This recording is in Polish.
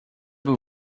był